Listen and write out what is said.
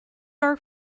are